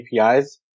APIs